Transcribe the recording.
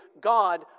God